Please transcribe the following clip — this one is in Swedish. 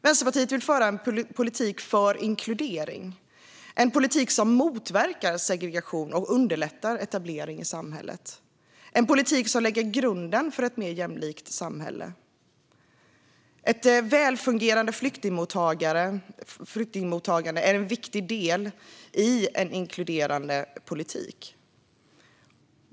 Vänsterpartiet vill föra en politik för inkludering, det vill säga en politik som motverkar segregation och underlättar etablering i samhället. Det ska vara en politik som lägger grunden för ett mer jämlikt samhälle. Ett väl fungerande flyktingmottagande är en viktig del i en inkluderande politik.